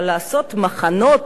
אבל לעשות מחנות,